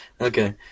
Okay